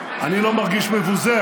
אני לא מרגיש מבוזה,